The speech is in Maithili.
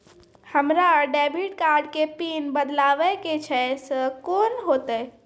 हमरा डेबिट कार्ड के पिन बदलबावै के छैं से कौन होतै?